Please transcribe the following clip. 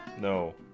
no